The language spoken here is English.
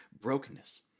brokenness